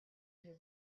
you